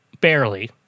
barely